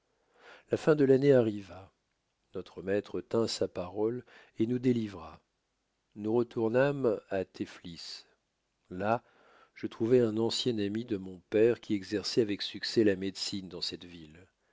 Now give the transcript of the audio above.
la fin de l'année arriva notre maître tint sa parole et nous délivra nous retournâmes à tefflis là je trouvai un ancien ami de mon père qui exerçoit avec succès la médecine dans cette ville